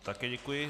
Také děkuji.